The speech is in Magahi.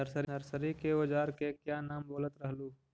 नरसरी के ओजार के क्या नाम बोलत रहलू?